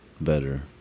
better